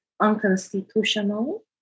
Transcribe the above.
unconstitutional